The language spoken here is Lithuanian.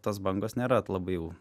tos bangos nėra labai jau